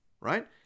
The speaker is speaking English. right